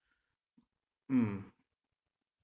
mm